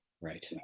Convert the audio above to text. Right